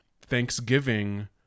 Thanksgiving